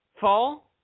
fall